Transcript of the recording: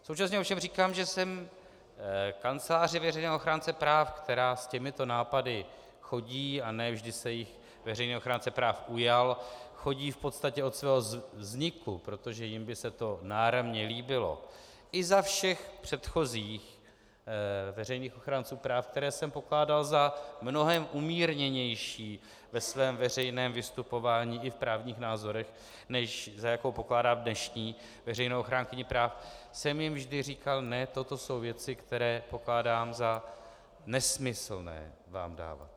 Současně ovšem říkám, že jsem Kanceláři veřejného ochránce práv, která s těmito nápady chodí, a ne vždy se jich veřejný ochránce práv ujal, chodí v podstatě od svého vzniku, protože jim by se to náramně líbilo i za všech předchozích veřejných ochránců práv, které jsem pokládal za mnohem umírněnější ve svém veřejném vystupování i v právních názorech, než za jakou pokládám dnešní veřejnou ochránkyni práv, jsem jim vždy říkal: Ne, toto jsou věci, které pokládám za nesmyslné vám dávat.